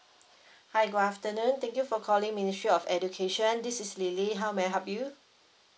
hi good afternoon thank you for calling ministry of education this is lily how may I help you